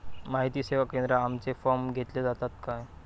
माहिती सेवा केंद्रात आमचे फॉर्म घेतले जातात काय?